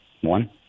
One